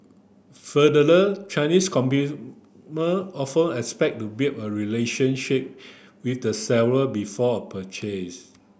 Chinese often expect to build a relationship with the seller before a purchase